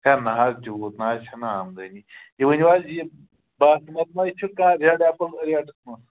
ہے نہَ حظ تیٛوٗت نہَ حظ چھَنہٕ آمدٲنی یہِ ؤنِو حظ یہِ باسمَت ما حظ چھُ کانٛہہ ریڈ ایپل ریٹَس منٛز